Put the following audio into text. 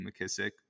McKissick